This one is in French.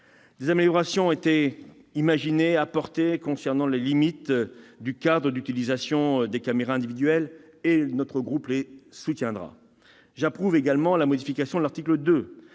Des améliorations ont été apportées concernant les limites du cadre d'utilisation des caméras individuelles ; notre groupe les soutiendra. J'approuve également la modification de l'article 2